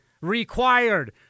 required